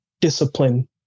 discipline